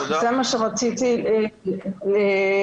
זה מה שרציתי להגיד